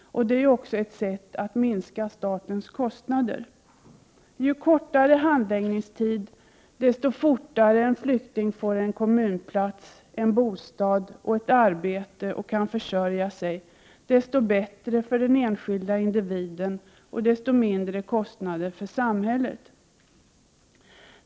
Det är också ett sätt att minska statens kostnader. Ju kortare handläggningstid och ju fortare en flykting får en kommunplats, en bostad och ett arbete och kan försörja sig, desto bättre är det för den enskilde individen och desto mindre blir kostnaderna för samhället.